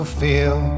feel